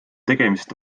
tegemist